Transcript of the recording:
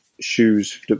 shoes